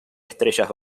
estrellas